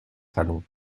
salons